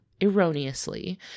erroneously